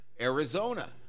Arizona